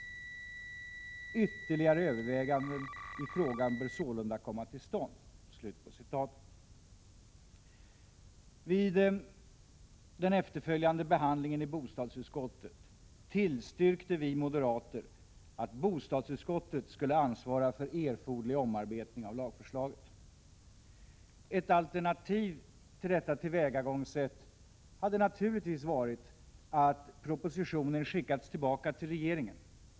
Ytterligare överväganden i frågan bör sålunda komma till stånd.” Vid den efterföljande behandlingen i bostadsutskottet tillstyrkte vi moderater att bostadsutskottet skulle ansvara för erforderliga omarbetningar av lagförslaget. Ett alternativ till detta tillvägagångssätt hade naturligtvis varit att propositionen skickats tillbaka till regeringen.